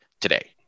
today